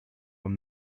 were